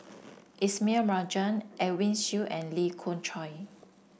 Ismail Marjan Edwin Siew and Lee Khoon Choy